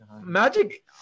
Magic